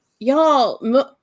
Y'all